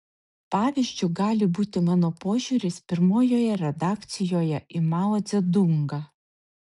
pavyzdžiu gali būti mano požiūris pirmojoje redakcijoje į mao dzedungą